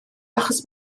achos